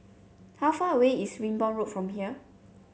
how far away is Wimborne Road from here